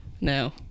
No